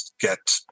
get